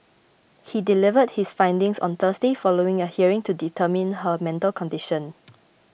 he delivered his findings on Thursday following a hearing to determine her mental condition